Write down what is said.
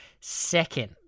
second